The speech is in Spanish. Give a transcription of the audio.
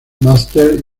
masters